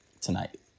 tonight